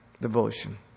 Devotion